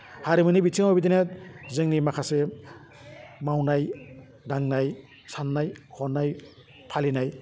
हारिमुनि बिथिङाव बिदिनो जोंनि माखासे मावनाय दांनाय सान्नाय हनाय फालिनाय